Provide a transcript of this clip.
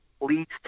leads